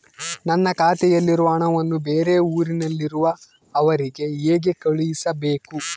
ನನ್ನ ಖಾತೆಯಲ್ಲಿರುವ ಹಣವನ್ನು ಬೇರೆ ಊರಿನಲ್ಲಿರುವ ಅವರಿಗೆ ಹೇಗೆ ಕಳಿಸಬೇಕು?